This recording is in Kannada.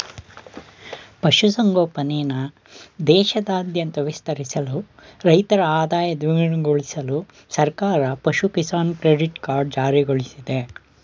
ಪಶು ಸಂಗೋಪನೆನ ದೇಶಾದ್ಯಂತ ವಿಸ್ತರಿಸಲು ರೈತರ ಆದಾಯ ದ್ವಿಗುಣಗೊಳ್ಸಲು ಸರ್ಕಾರ ಪಶು ಕಿಸಾನ್ ಕ್ರೆಡಿಟ್ ಕಾರ್ಡ್ ಜಾರಿಗೊಳ್ಸಿದೆ